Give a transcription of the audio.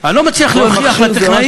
אני לא מצליח להוכיח לטכנאי,